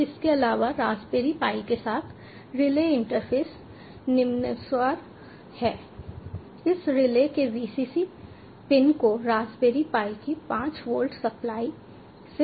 अब इसके अलावा रास्पबेरी पाई के साथ रिले इंटरफ़ेस निम्नानुसार है हम रिले के VCC पिन को रास्पबेरी पाई की 5 वोल्ट सप्लाई आपूर्ति से जोड़ते हैं